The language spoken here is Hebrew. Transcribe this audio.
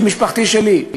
של משפחתי שלי: